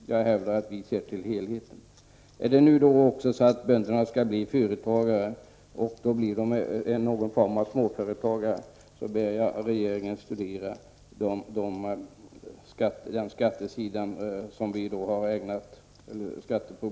Jag hävdar att vi ser till helheten. Är det nu också så att bönderna skall bli företagare, någon form av småföretagare, ber jag regeringen att studera skatteproblematiken på företagssidan som vi har ägnat oss åt.